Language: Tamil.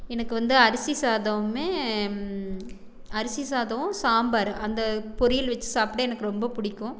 எனக்கு வந்து அரிசி சாதமும் அரிசி சாதம் சாம்பார் அந்த பொரியல் வச்சு சாப்பிட எனக்கு ரொம்ப பிடிக்கும்